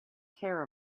care